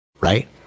Right